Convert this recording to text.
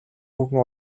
хүүхэн